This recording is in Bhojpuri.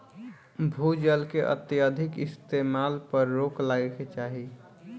भू जल के अत्यधिक इस्तेमाल पर रोक लागे के चाही